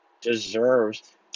deserves